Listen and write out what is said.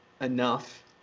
enough